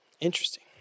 Interesting